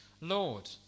Lord